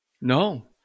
No